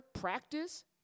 practice